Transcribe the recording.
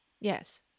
Yes